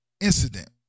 Incident